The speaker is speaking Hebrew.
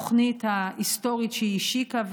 התוכנית ההיסטורית שהיא השיקה,